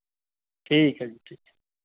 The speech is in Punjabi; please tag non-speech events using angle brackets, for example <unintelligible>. ਠੀਕ ਹੈ ਜੀ <unintelligible>